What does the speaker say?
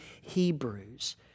Hebrews